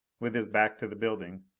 with his back to the building,